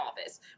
office